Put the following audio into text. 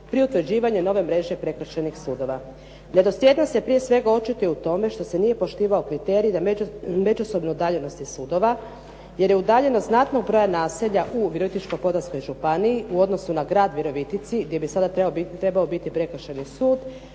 pri utvrđivanju nove mreže prekršajnih sudova. Nedosljednost se prije svega očituje u tome što se nije poštivao kriterij međusobne udaljenosti sudova, jer je udaljenost znatnog broja naselja u Virovitičko-podravskoj županiji u odnosu na grad Virovitici gdje bi sad trebao biti prekršajni sud